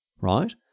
right